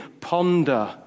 ponder